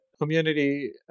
community